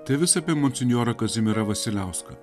tai vis apie monsinjorą kazimierą vasiliauską